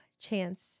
chance